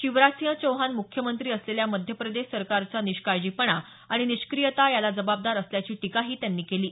शिवराजसिंह चौहान मुख्यमंत्री असलेल्या मध्य प्रदेश सरकारचा निष्काळजीपणा आणि निष्क्रियता याला जबाबदार असल्याची टीकाही त्यांनी केली आहे